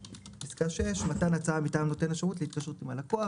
פסקה (6) מתן הצעה מטעם נותן השירות להתקשרות עם הלקוח.